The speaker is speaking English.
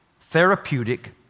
therapeutic